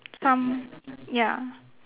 some ya